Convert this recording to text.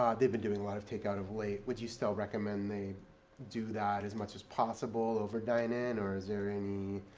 um they've been doing a lot of takeout of late. would you still recommend they do that as much as possible over dine-in? or is there any